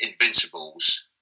invincibles